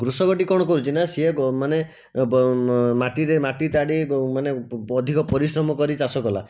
କୃଷକଟି କଣ କରୁଛି ନା ସିଏ ମାନେ ମାଟିରେ ମାଟି ତାଡ଼ି ମାନେ ଅଧିକ ପରିଶ୍ରମ କରି ଚାଷ କଲା